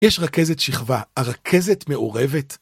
יש רכזת שכבה, הרכזת מעורבת?